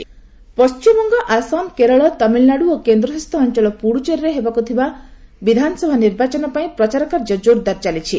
campaigning Paschimbanga Assam Kerala Tamil Nadu ଓ କେନ୍ଦ୍ରଶାସିତ ଅଞ୍ଚଳ ପୁଡ଼ୁଚେରୀରେ ହେବାକୁ ଥିବା ନିର୍ବାଚନ ପାଇଁ ପ୍ରଚାର କାର୍ଯ୍ୟ କୋରଦାର ଚାଲିଛି